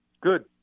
Good